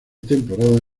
temporada